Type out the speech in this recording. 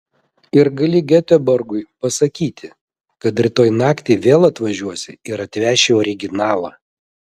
ir gali geteborgui pasakyti kad rytoj naktį vėl atvažiuosi ir atveši originalą